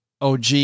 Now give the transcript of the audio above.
OG